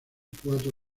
cuatro